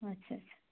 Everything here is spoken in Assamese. আচ্ছা আচ্ছা